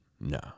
no